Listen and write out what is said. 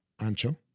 ancho